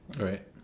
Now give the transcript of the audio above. right